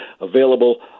available